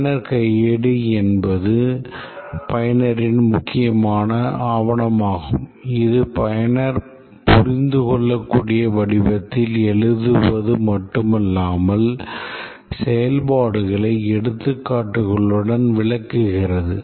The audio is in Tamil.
பயனர் கையேடு என்பது பயனரின் முக்கியமான ஆவணமாகும் இது பயனர் புரிந்துகொள்ளக்கூடிய வடிவத்தில் எழுதுவது மட்டுமல்லாமல் செயல்பாடுகளை எடுத்துக்காட்டுகளுடன் விளக்குகிறது